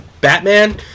Batman